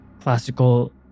classical